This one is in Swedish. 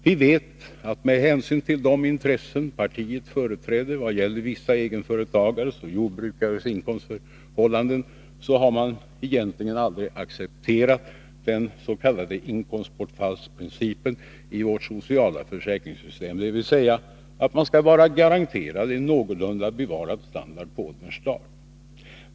Vi vet att med hänsyn till de intressen partiet företräder, vad gäller vissa egenföretagares och jordbrukares inkomstförhållanden, har centerpartiet egentligen aldrig accepterat den s.k. inkomstbortfallsprincipen i vårt sociala försäkringssystem, dvs. att man skall vara garanterad en någorlunda bevarad standard på ålderns dar.